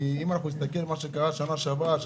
אם נסתכל על מה שקרה בשנה שעברה,